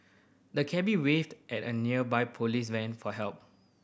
the cabby waved at a nearby police van for help